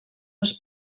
les